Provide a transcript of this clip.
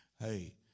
Hey